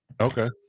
Okay